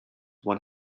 one